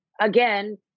again